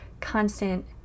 constant